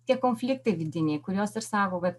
tie konfliktai vidiniai kurios ir sako kad